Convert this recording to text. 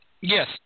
Yes